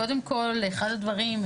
קודם כל אחד הדברים,